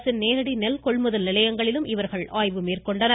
அரசின் நேரடி நெல் கொள்முதல் நிலையங்களிலும் இவர் ஆய்வு செய்தனர்